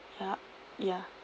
ya ya